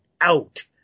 out